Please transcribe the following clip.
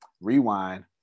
Rewind